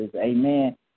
Amen